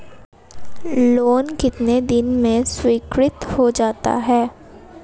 Loan कितने दिन में स्वीकृत हो जाता है?